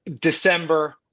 December